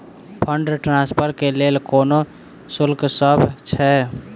Fund transfer केँ लेल कोनो शुल्कसभ छै?